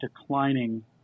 declining